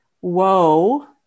whoa